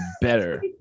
better